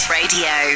radio